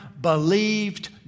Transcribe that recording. believed